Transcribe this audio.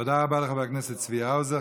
תודה רבה לחבר הכנסת צבי האוזר.